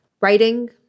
Writing